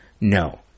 no